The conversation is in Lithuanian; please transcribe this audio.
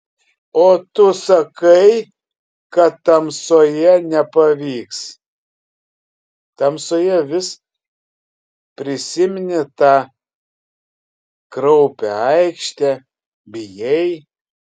o tu sakai kad tamsoje nepavyks tamsoje vis prisimeni tą kraupią aikštę bijai